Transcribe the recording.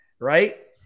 Right